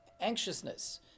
anxiousness